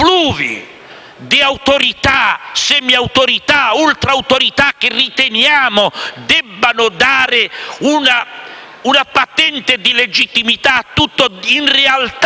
di autorità, semiautorità e ultrautorità, che riteniamo debbano dare una patente di legittimità a tutto, in realtà